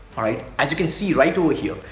all right as you can see right over here.